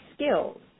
skills